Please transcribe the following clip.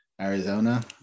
Arizona